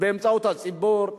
באמצעות הציבור,